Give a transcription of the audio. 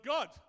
God